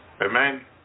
Amen